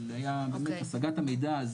של השגת המידע,